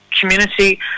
community